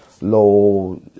low